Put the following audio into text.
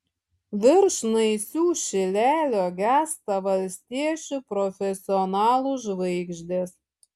virš naisių šilelio gęsta valstiečių profesionalų žvaigždės